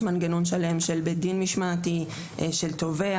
יש מנגנון שלם של בית דין משמעתי, של תובע.